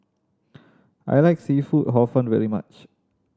I like seafood Hor Fun very much